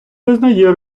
визнає